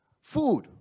Food